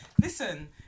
Listen